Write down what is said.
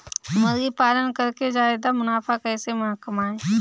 मुर्गी पालन करके ज्यादा मुनाफा कैसे कमाएँ?